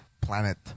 planet